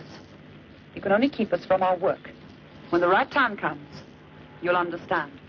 of you can only keep us from our work when the right time comes you'll understand